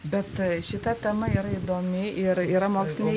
bet šita tema yra įdomi ir yra moksliniai